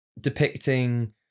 depicting